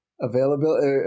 Availability